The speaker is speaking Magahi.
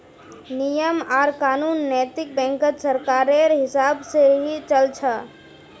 नियम आर कानून नैतिक बैंकत सरकारेर हिसाब से ही चल छ